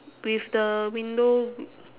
with the window